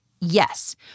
Yes